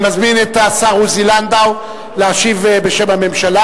אני מזמין את השר עוזי לנדאו להשיב בשם הממשלה,